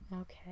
Okay